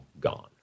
gone